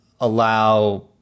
allow